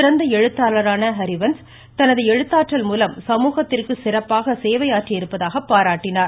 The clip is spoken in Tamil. சிறந்த எழுத்தாளரான ஹரிவன்ஸ் தனது எழுத்தாற்றல் மூலம் சமூகத்திற்கு சிறப்பாக சேவையாற்றியிருப்பதாக பாராட்டினார்